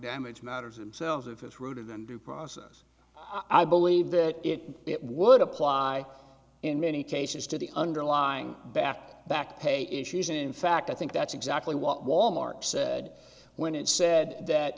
damage matters themselves if it's rooted in due process i believe that it would apply in many cases to the underlying back to back pay issues and in fact i think that's exactly what wal mart said when it said that